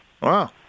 Wow